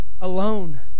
alone